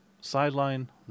sideline